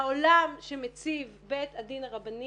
העולם שמציב בית הדין הרבני